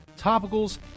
topicals